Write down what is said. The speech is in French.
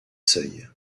seuils